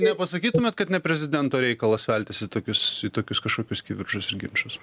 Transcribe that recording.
nepasakytumėt kad ne prezidento reikalas veltis į tokius tokius kažkokius kivirčus ir ginčus